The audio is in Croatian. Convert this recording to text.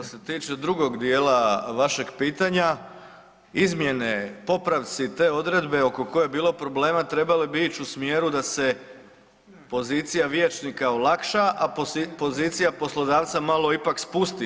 Što se tiče drugog dijela vašeg pitanja, izmjene, popravci te odredbe oko koje je bilo problema trebale bi ići u smjeru da se pozicija vijećnika olakša, a pozicija poslodavca malo ipak spusti.